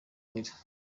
ntera